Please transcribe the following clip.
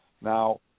Now